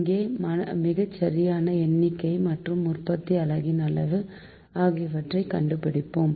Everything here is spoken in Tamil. இங்கே மிகசரியான எண்ணிக்கை மற்றும் உற்பத்தி அலகின் அளவு ஆகியவற்றை கண்டுபிடிப்போம்